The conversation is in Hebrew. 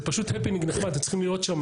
זה פשוט הפנינג נחמד, אתם צריכים לראות שם.